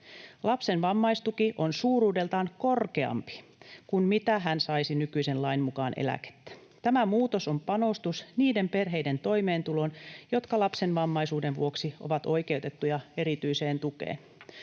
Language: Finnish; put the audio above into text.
Lapsen vammaistuki on suuruudeltaan korkeampi kuin mitä hän saisi nykyisen lain mukaan eläkettä. Tämä muutos on panostus niiden perheiden toimeentuloon, jotka lapsen vammaisuuden vuoksi ovat oikeutettuja erityiseen tukeen.